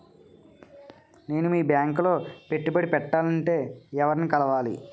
నేను మీ బ్యాంక్ లో పెట్టుబడి పెట్టాలంటే ఎవరిని కలవాలి?